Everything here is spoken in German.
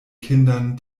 kindern